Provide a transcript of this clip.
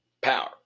Power